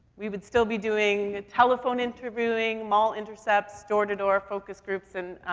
we would still be doing telephone interviewing, mall intercepts, door-to-door, focus groups and